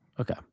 Okay